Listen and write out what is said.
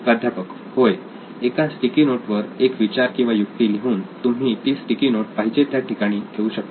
प्राध्यापक होय एका स्टिकी नोट वर एक विचार किंवा युक्ती लिहून तुम्ही ती स्टिकी नोट पाहिजे त्या ठिकाणी ठेवू शकता